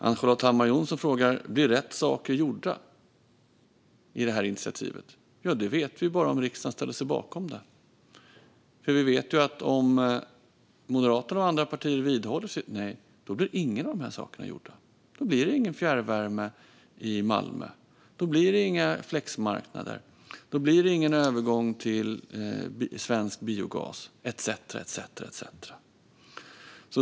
Ann-Charlotte Hammar Johnsson frågar om rätt saker blir gjorda med det här initiativet. Det vet vi bara om riksdagen ställer sig bakom det. Om Moderaterna och andra partier vidhåller sitt nej vet vi att ingen av de här sakerna blir gjorda. Då blir det ingen fjärrvärme i Malmö, inga flexmarknader, ingen övergång till svensk biogas etcetera.